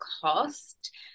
cost